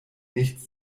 nichts